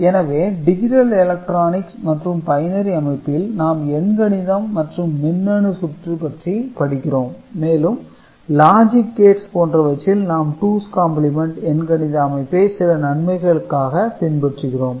எனவே digital electronics அல்லது binary அமைப்பில் நாம் எண் கணிதம் மற்றும் மின்னணு சுற்று பற்றி படிக்கிறோம் மேலும் லாஜிக் கேட்ஸ் போன்றவற்றில் நாம் டூஸ் காம்பிளிமெண்ட் எண்கணித அமைப்பை சில நன்மைகளுக்காக பின்பற்றுகிறோம்